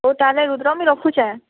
ହଉ ତା'ହେଲେ ରୁଦ୍ର ମୁଇଁ ରଖୁଛେଁ